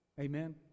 Amen